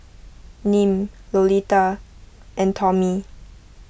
Nim Lolita and Tomie